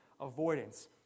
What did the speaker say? avoidance